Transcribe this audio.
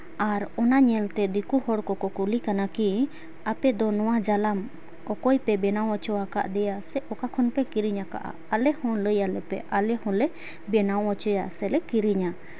ᱟᱨ ᱚᱱᱟ ᱧᱮᱞᱛᱮ ᱫᱤᱠᱩ ᱦᱚᱲᱠᱚ ᱠᱩᱞᱤ ᱠᱟᱱᱟ ᱠᱤ ᱟᱯᱮ ᱫᱚ ᱱᱚᱣᱟ ᱡᱟᱞᱟᱢ ᱚᱠᱚᱭ ᱯᱮ ᱵᱮᱱᱟᱣ ᱦᱚᱪᱚ ᱟᱠᱟᱫᱮᱭᱟ ᱥᱮ ᱚᱠᱟ ᱠᱷᱚᱱ ᱯᱮ ᱠᱤᱨᱤᱧ ᱟᱠᱟᱜᱼᱟ ᱟᱞᱮ ᱦᱚᱸ ᱞᱟᱹᱭ ᱟᱞᱮ ᱯᱮ ᱟᱞᱮ ᱦᱚᱸᱞᱮ ᱵᱮᱱᱟᱣ ᱦᱚᱪᱚᱭᱟ ᱥᱮᱞᱮ ᱠᱤᱨᱤᱧᱟ